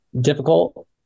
difficult